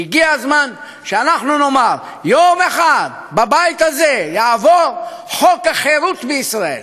שהגיע הזמן שאנחנו נאמר: יום אחד בבית הזה יעבור חוק החירות בישראל.